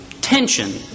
tension